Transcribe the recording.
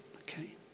okay